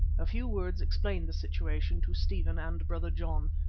a few words explained the situation to stephen and brother john,